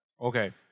Okay